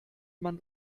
man